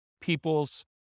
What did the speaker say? people's